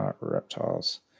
Reptiles